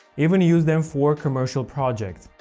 even use them for commercial projects.